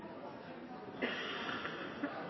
Jeg